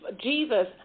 Jesus